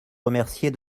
remercier